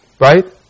Right